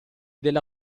della